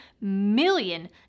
million